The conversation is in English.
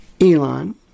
Elon